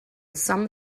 some